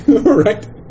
right